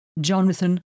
Jonathan